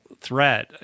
threat